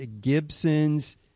Gibson's